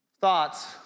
thoughts